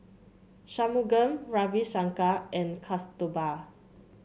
Shunmugam Ravi Shankar and Kasturba